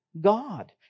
God